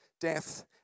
death